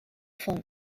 font